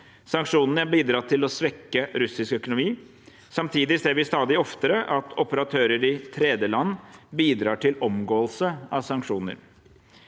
Sanksjonene har bidratt til å svekke russisk økonomi. Samtidig ser vi stadig oftere at operatører i tredjeland bidrar til omgåelse av sanksjoner.